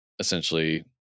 Essentially